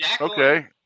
Okay